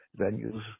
venues